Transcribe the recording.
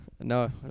no